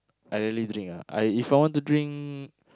I rarely drink ah I if I want to drink